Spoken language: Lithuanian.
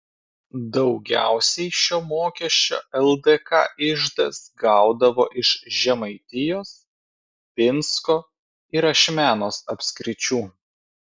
daugiausiai šio mokesčio ldk iždas gaudavo iš žemaitijos pinsko ir ašmenos apskričių